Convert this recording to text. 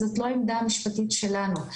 זאת לא עמדה משפטית שלנו,